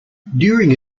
during